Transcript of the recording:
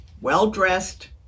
well-dressed